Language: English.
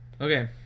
Okay